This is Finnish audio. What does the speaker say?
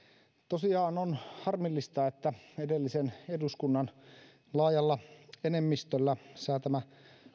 tosiaan on harmillista että edellisen eduskunnan laajalla enemmistöllä säätämä